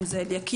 אם זה אליקים,